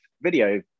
video